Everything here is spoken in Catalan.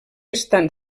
estan